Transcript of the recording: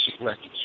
records